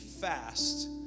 fast